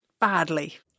badly